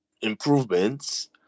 improvements